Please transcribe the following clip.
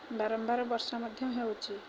ବାରମ୍ବାର ବର୍ଷା ମଧ୍ୟ ହେଉଛି